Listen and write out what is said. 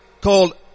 called